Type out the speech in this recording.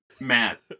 Matt